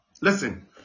listen